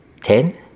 Ten